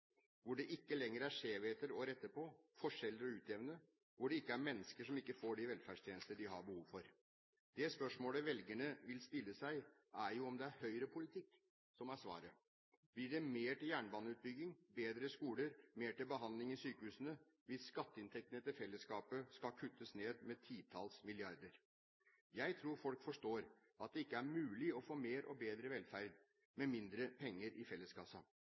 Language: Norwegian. hvor det ikke lenger er skjevheter å rette på, forskjeller å utjevne, hvor det ikke er mennesker som ikke får de velferdstjenestene de har behov for. Det spørsmålet velgerne vil stille seg, er jo om det er høyrepolitikk som er svaret. Blir det mer til jernbaneutbygging, bedre skoler, mer til behandling i sykehusene hvis skatteinntektene til fellesskapet skal kuttes ned med titalls milliarder? Jeg tror folk forstår at det ikke er mulig å få mer og bedre velferd med mindre penger i felleskassa.